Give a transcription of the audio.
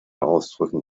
ausdrücken